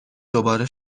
دوباره